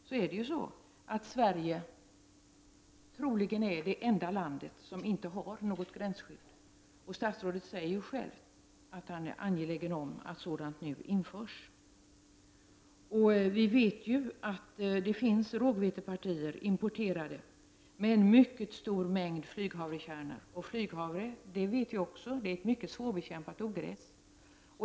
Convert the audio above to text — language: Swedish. Det är ju så att Sverige troligen är det enda land som inte har något gränsskydd, och statsrådet säger själv att han är angelägen om att ett sådant nu införs. Vi vet att det finns importerade rågvetepartier med en mycket stor mängd flyghavrekärnor, som är ett mycket svårbekämpat ogräs.